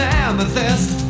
amethyst